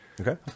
Okay